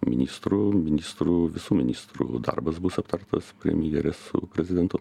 ministrų ministrų visų ministrų darbas bus aptartas premjerės su prezidentu